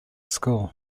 school